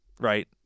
right